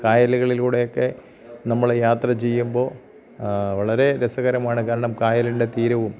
കായലുകളിലൂടെ ഒക്കെ നമ്മൾ യാത്ര ചെയ്യുമ്പോൾ വളരെ രസകരമാണ് കാരണം കായലിൻ്റെ തീരവും